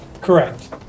Correct